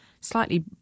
slightly